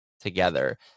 together